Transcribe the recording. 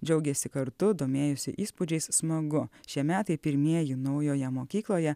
džiaugėsi kartu domėjosi įspūdžiais smagu šie metai pirmieji naujoje mokykloje